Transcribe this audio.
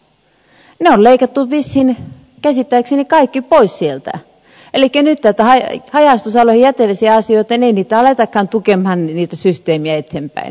ne on leikattu vissiin käsittääkseni kaikki pois sieltä elikkä nyt haja asutusalueiden jätevesiasioissa ei aletakaan tukea niitä systeemejä eteenpäin